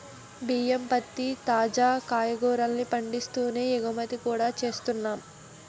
బియ్యం, పత్తి, తాజా కాయగూరల్ని పండిస్తూనే ఎగుమతి కూడా చేస్తున్నా